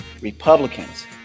Republicans